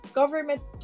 government